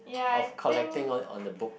of collecting on on the books